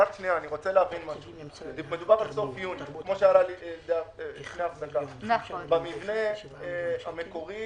במבנה המקורי